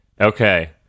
Okay